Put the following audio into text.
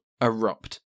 erupt